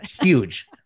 huge